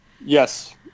Yes